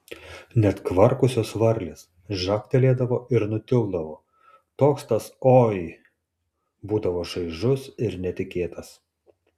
net kvarkusios varlės žagtelėdavo ir nutildavo toks tas oi būdavo šaižus ir netikėtas